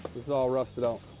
this is all rusted out.